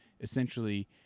essentially